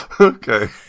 Okay